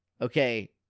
okay